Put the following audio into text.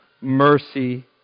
mercy